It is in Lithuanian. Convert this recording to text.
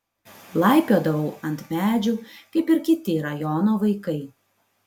laipiodavau ant medžių kaip ir kiti rajono vaikai